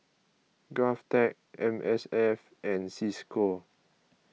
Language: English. Govtech M S F and Cisco